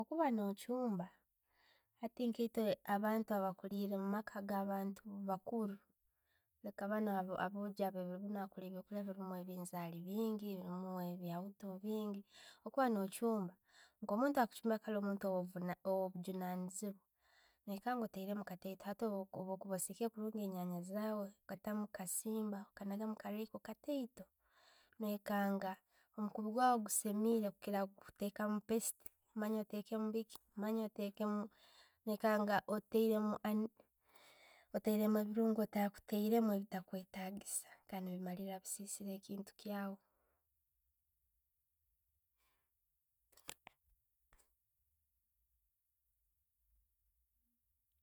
Bwokuba no chumba hati nkeitwe, abantu abukuliire omumaka ga abantu abakuru, leeka baano abebirobinu abakulya ebyokulya biirimu ebinzaali bingi, no bwiito mwingi. Bwokuba no'chumba, ko muntu owe buju owe bujjunanizibwa, noikana otteremu kateito. Hati bwo kuba ottereimu kataito enyanya zaawe, okatamu kasimba, okatekamu royco katiito noikanga omukuubi gwawe gusemeire kukira kutekamu paste, manya tekamu biiki, oteekemu, noikanga otteremu ebirungo ottakureimu ebitakwetagiisa no malalira ossisiire e'kintu kyaawe.